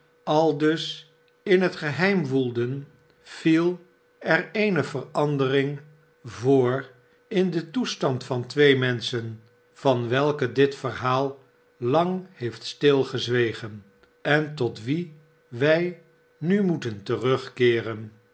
aldus in het geheim woelden viel er eene verandering voor in den toestand van twee menschen van welke dit verhaal lang heeft stilgezwegen en tot wie wij nu moeten terugkeeren